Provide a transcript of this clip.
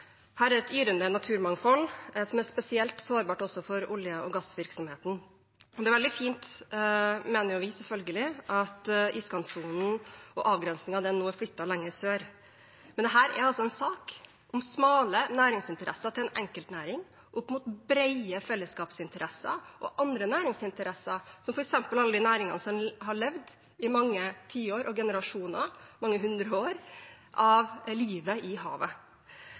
Her er et yrende naturmangfold som er spesielt sårbart, også for olje- og gassvirksomheten. Det er veldig fint – mener vi, selvfølgelig – at iskantsonen og avgrensingen av den nå er flyttet lenger sør. Men dette er altså en sak om smale næringsinteresser til en enkeltnæring opp mot brede fellesskapsinteresser og andre næringsinteresser, som f.eks. alle de næringene som har levd i mange tiår og generasjoner, mange hundre år, av livet i havet.